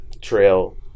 trail